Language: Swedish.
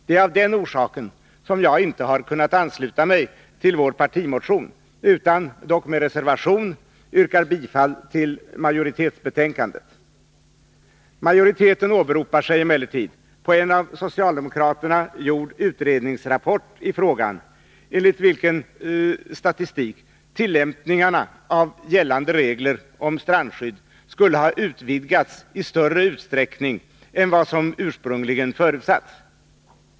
Det är av den anledningen som jag inte har kunnat ansluta mig till vår partimotion utan — dock med reservation — yrkar bifall till majoritetens hemställan. Utskottsmajoriteten åberopar emellertid en av socialdemokraterna gjord utredningsrapport i frågan, enligt vilken statistik tillämpningen av gällande regler om strandskydd skulle ha utvidgats i större utsträckning än vad som ursprungligen hade förutsatts.